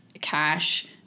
cash